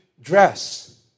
dress